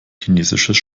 chinesisches